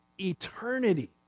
eternity